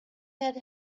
had